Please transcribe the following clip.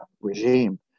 regime